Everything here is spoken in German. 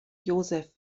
josef